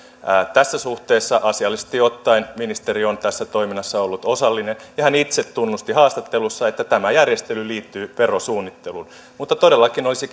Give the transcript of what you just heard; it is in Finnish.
tässä suhteessa asiallisesti ottaen ministeri on tässä toiminnassa ollut osallinen ja hän itse tunnusti haastattelussa että tämä järjestely liittyy verosuunnitteluun mutta todellakin olisi